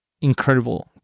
incredible